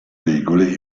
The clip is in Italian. regole